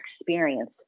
experience